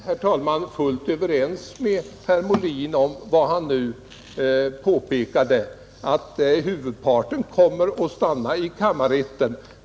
Herr talman! Jag är helt överens med herr Molin om vad han nu påpekade, att huvudparten ärenden kommer att stanna i kammarrätten.